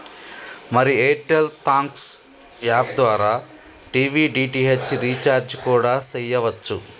మరి Airtel thanks app ద్వారా TV DTH recharge కూడా సెయ్యవచ్చు